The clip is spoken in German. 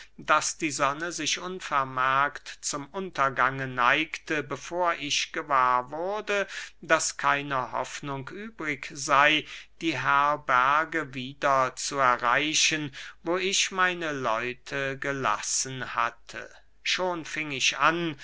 daß die sonne sich unvermerkt zum untergang neigte bevor ich gewahr wurde daß keine hoffnung übrig sey die herberge wieder zu erreichen wo ich meine leute gelassen hatte schon fing ich an